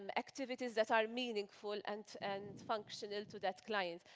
um activities that are meaningful and and functional to that client.